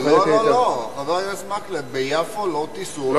לא, לא, חבר הכנסת מקלב, ביפו לא ייסעו אוטובוסים.